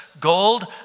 gold